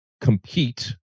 compete